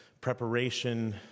preparation